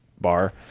bar